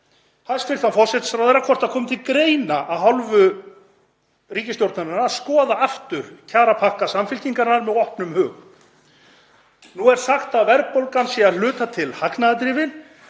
hæstv. forsætisráðherra hvort það komi til greina af hálfu ríkisstjórnarinnar að skoða aftur kjarapakka Samfylkingarinnar með opnum hug. Nú er sagt að verðbólgan sé að hluta til hagnaðardrifin.